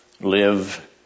live